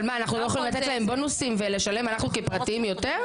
אבל מה אנחנו לא יכולים לתת להם בונוסים ולשלם אנחנו כפרטיים יותר?